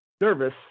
nervous